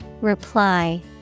Reply